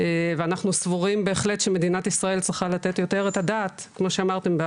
ואנחנו סבורים בהחלט שמדינת ישראל צריכה לתת יותר את הדעת כמו שאמרתם,